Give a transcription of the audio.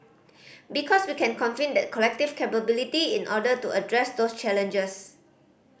because we can convene that collective capability in order to address those challenges